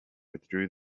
withdrew